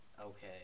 Okay